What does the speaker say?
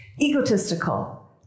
egotistical